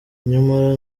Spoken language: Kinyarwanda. nyamara